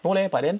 no leh but then